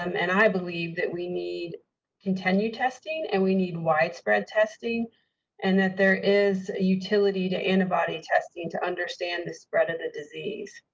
um and i believe that we need continue testing and we need widespread testing and that there is utility to antibody testing to understand the spread of the disease.